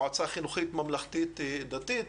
מועצה חינוכית ממלכתית דתית.